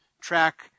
track